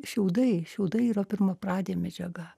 šiaudai šiaudai yra pirmapradė medžiaga